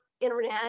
internet